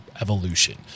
evolution